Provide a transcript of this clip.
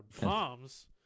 bombs